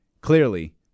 Clearly